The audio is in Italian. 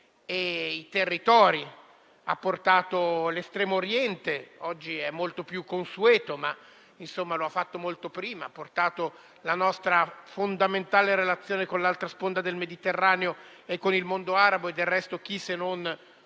e i territori. Ha portato l'Estremo Oriente; oggi questo è molto più consueto, ma l'ho fatto molto prima; ha portato la nostra fondamentale relazione con l'altra sponda del Mediterraneo e con il mondo arabo. Del resto chi, se non